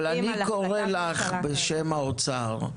אבל אני קורא לך, בשם האוצר,